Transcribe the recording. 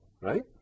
right